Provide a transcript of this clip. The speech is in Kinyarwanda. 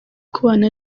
kubana